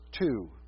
two